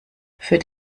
für